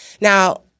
Now